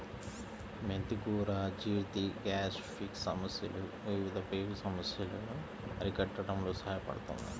మెంతి కూర అజీర్తి, గ్యాస్ట్రిక్ సమస్యలు, వివిధ పేగు సమస్యలను అరికట్టడంలో సహాయపడుతుంది